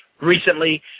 recently